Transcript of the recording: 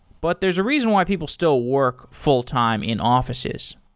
but there's a reason why people still work fulltime in offi ces.